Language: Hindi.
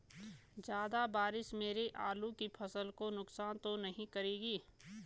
ज़्यादा बारिश मेरी आलू की फसल को नुकसान तो नहीं करेगी?